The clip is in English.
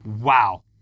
Wow